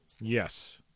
Yes